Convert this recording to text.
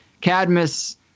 Cadmus